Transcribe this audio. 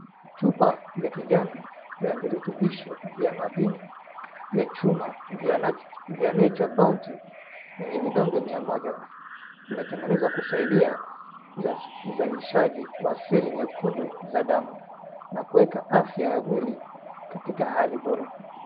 Chupa ya kijani ya virutubisho vya madini ya chuma vya Nature Bounty yenye vidonge mia moja. Imetengenezwa kusaidia uzalishaji wa seli nyekundu za damu na kuweka afya ya mwili katika hali bora.